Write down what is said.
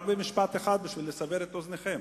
רק במשפט אחד כדי לסבר את אוזנכם.